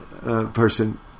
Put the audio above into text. person